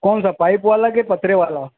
کون سا پائپ والا کہ پتھرے والا